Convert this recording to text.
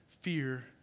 fear